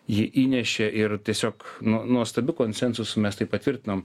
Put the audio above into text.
ji įnešė ir tiesiog nu nuostabiu konsensusu mes tai patvirtinom